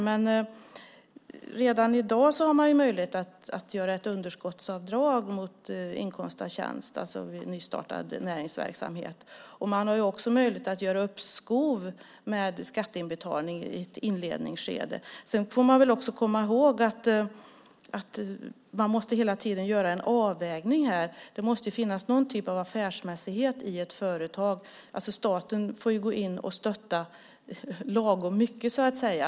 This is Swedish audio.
Men redan i dag har man möjlighet att göra ett underskottsavdrag mot inkomst av tjänst vid nystartad näringsverksamhet. Man har också möjlighet att göra uppskov med skatteinbetalning i ett inledningsskede. Man får också komma ihåg att man hela tiden måste göra en avvägning. Det måste finnas någon typ av affärsmässighet i ett företag. Staten får gå in och stötta lagom mycket, så att säga.